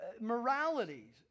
Morality